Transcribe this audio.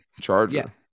Charger